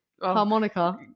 harmonica